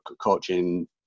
coaching